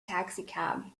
taxicab